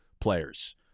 players